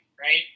right